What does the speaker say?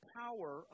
power